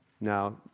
Now